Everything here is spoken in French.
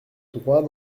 droit